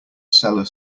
cellar